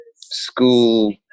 school